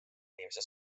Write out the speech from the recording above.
inimese